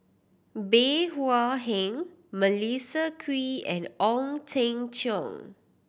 Bey Hua Heng Melissa Kwee and Ong Teng Cheong